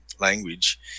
language